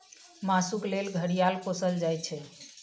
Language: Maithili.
मासुक लेल घड़ियाल पोसल जाइ छै